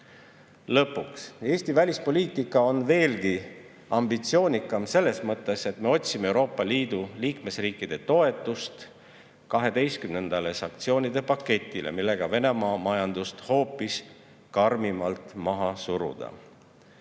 Lõpuks, Eesti välispoliitika on veelgi ambitsioonikam selles mõttes, et me otsime Euroopa Liidu liikmesriikide toetust 12. sanktsioonide paketile, millega Venemaa majandust hoopis karmimalt maha suruda.